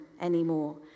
anymore